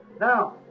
now